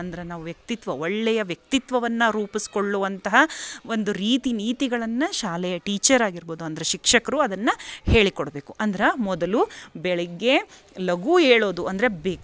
ಅಂದರೆ ನಾವು ವ್ಯಕ್ತಿತ್ವ ಒಳ್ಳೆಯ ವ್ಯಕ್ತಿತ್ವವನ್ನು ರೂಪಿಸ್ಕೊಳ್ಳುವಂತಹ ಒಂದು ರೀತಿ ನೀತಿಗಳನ್ನು ಶಾಲೆಯ ಟೀಚರ್ ಆಗಿರ್ಬೋದು ಅಂದರೆ ಶಿಕ್ಷಕರು ಅದನ್ನು ಹೇಳಿಕೊಡಬೇಕು ಅಂದ್ರೆ ಮೊದಲು ಬೆಳಗ್ಗೆ ಲಘು ಏಳೋದು ಅಂದರೆ ಬೇಗ